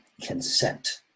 consent